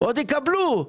עוד יקבלו.